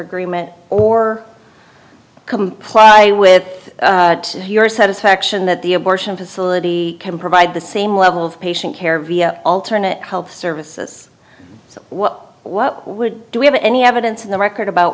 agreement or comply with your satisfaction that the abortion facility can provide the same level of patient care via alternate health services so what what would do we have any evidence in the record about